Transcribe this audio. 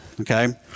okay